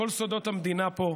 כל סודות המדינה פה.